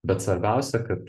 bet svarbiausia kad